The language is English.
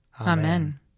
Amen